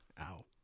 Ow